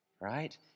right